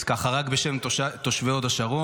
אז, ככה, רק בשם תושבי הוד השרון,